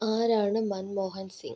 ആരാണ് മൻമോഹൻ സിംഗ്